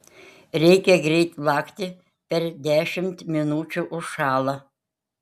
reikia greit lakti per dešimt minučių užšąla